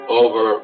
over